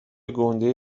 گُنده